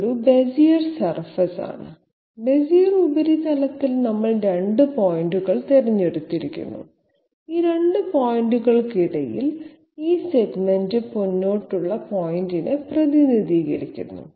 ഇതൊരു ബെസിയർ പ്രതലമാണ് ബെസിയർ ഉപരിതലത്തിൽ നമ്മൾ രണ്ട് പോയിന്റുകൾ തിരഞ്ഞെടുത്തു ഈ 2 പോയിന്റുകൾക്കിടയിൽ ഈ സെഗ്മെന്റ് മുന്നോട്ടുള്ള പോയിന്റിനെ പ്രതിനിധീകരിക്കുന്നു